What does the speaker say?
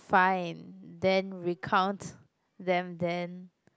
fine then recount them then